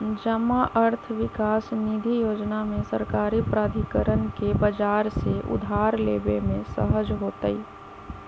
जमा अर्थ विकास निधि जोजना में सरकारी प्राधिकरण के बजार से उधार लेबे में सहज होतइ